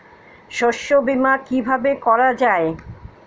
শস্য বীমা কিভাবে করা যায়?